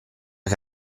che